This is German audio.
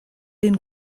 den